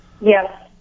Yes